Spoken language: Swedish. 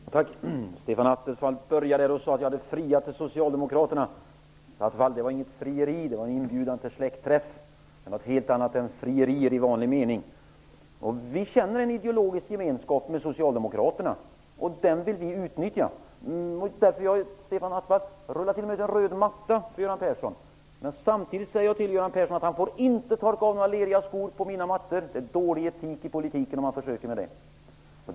Fru talman! Stefan Attefall inledde med att säga att jag hade friat till Socialdemokraterna. Attefall! Det var inget frieri. Det var en inbjudan till en släktträff. Det är något helt annat än frierier i vanlig mening. Vi känner en ideologisk gemenskap med Socialdemokraterna. Det vill vi utnyttja. Stefan Attefall! Jag rullar t.o.m. ut en röd matta för Göran Persson. Samtidigt säger jag till honom att han inte får torka av några leriga skor på mina mattor. Det är dålig etik i politiken om han försöker med det.